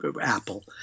Apple